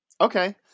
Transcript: Okay